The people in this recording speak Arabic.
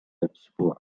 الأسبوع